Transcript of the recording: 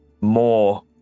more